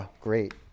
Great